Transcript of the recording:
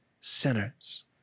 sinners